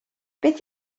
beth